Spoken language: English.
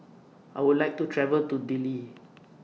I Would like to travel to Dili